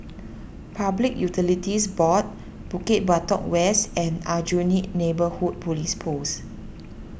Public Utilities Board Bukit Batok West and Aljunied Neighbourhood Police Post